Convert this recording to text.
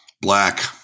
Black